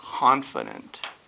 Confident